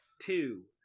two